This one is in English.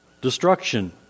destruction